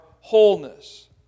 wholeness